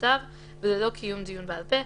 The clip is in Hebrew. הכתב וללא קיום דיון בעל פה,